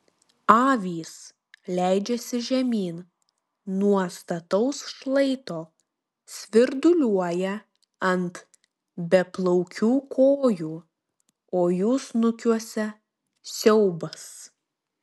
avys leidžiasi žemyn nuo stataus šlaito svirduliuoja ant beplaukių kojų o jų snukiuose siaubas